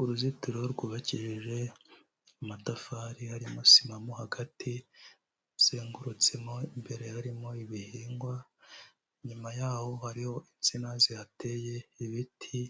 Uruzitiro rwubakishije amatafari harimo sima mo hagati, ruzengurutsemo, imbere harimo ibihingwa, inyuma yaho hariho insina zihateye, ibiti